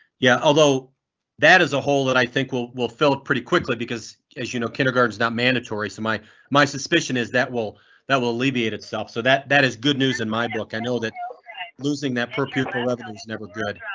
yeah, although that is a whole that i think will will fill it pretty quickly, because as you know kindergarten is not mandatory, so my my suspicion is that will that will alleviate itself, so that that is good news in my book. i know that losing that per pupil revenue like is never good.